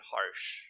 harsh